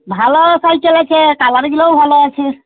ভালো সাইকেল আছে কালারগুলোও ভালো আছে